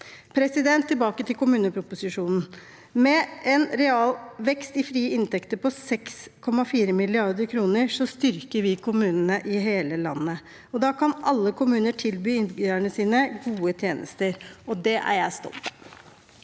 bostøtten. Tilbake til kommuneproposisjonen: Med en realvekst i frie inntekter på 6,4 mrd. kr styrker vi kommunene i hele landet, og da kan alle kommuner tilby innbyggerne sine gode tjenester. Det er jeg stolt